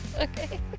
Okay